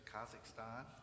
Kazakhstan